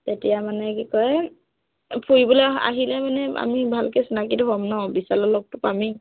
তেতিয়া মানে কি কয় ফুৰিবলে আহিলে মানে আমি ভালকে চিনাকিটো হ'ম ন বিছালতে লগতো পামেই